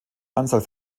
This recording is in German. anzahl